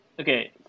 Okay